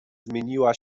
zmieniła